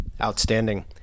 Outstanding